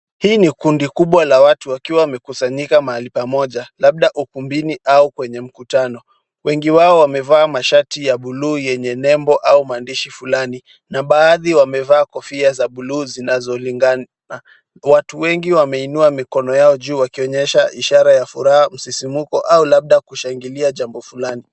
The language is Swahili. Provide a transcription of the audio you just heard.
Hii ni kundi kubwa la watu wakiwa wamekusanyika mahali pamoja labda ukumbini au kwenye mkutano. Wengi wao wamevaa mashati ya blue yenye nembo au maandishi fulani na baadhi wamevaa kofia za blue zinazolingana. Watu wengi wameinua mikono yao juu wakionyesha ishara ya furaha, msisimko au labda kushangilia jambo fulani.